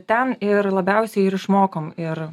ten ir labiausiai ir išmokom ir